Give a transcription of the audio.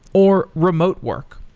or remote work.